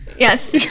Yes